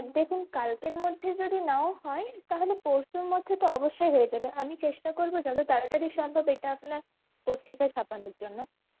দেখুন কালকের মধ্যে যদি নাও হয় তাহলে পরশুর মধ্যে তো অবশ্যই হয়ে যাবে আমি চেষ্টা করবো যত তাড়াতাড়ি সম্ভব এটা আপনার পত্রিকায় ছাপানোর জন্য